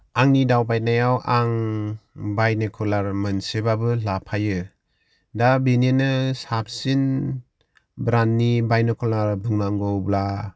आंनि दावबायनायाव आं बायन'कुलार मोनसेबाबो लाफायो दा बेनिनो साबसिन ब्राण्डनि बायन'कुलार बुंनांगौब्ला